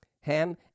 Ham